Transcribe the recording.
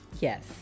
yes